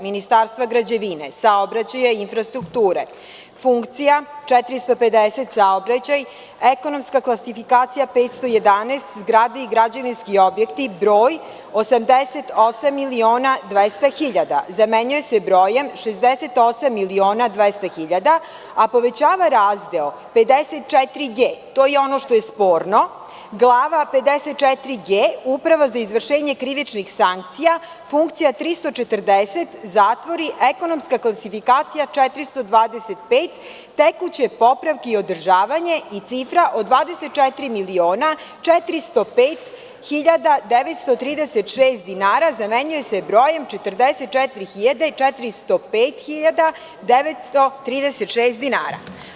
Ministarstva građevine, saobraćaja i infrastrukture, Funkcija 450 Saobraćaj, Ekonomska klasifikacija 511 Zgrade i građevinski objekti, broj 88.200.000 zamenjuje se brojem 68.200.000, a povećava razdeo 54g. To je ono što je sporno, Glava 54g Uprava za izvršenje krivičnih sankcija, Funkcija 340 Zatvori, Ekonomska klasifikacija 425 Tekuće popravke i održavanje i cifra od 24.405.936 dinara zamenjuje se brojem 44.405.936 dinara.